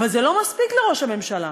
אבל זה לא מספיק לראש הממשלה.